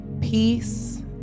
Peace